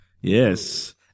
Yes